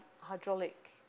hydraulic